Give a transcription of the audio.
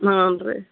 ಹ್ಞೂ ರೀ